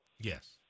yes